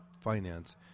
finance